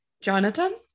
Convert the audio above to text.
Jonathan